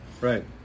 right